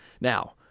Now